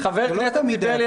זה לא תמיד היה ככה.